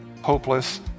hopeless